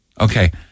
Okay